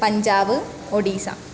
Punjab Odisha